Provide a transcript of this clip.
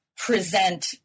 present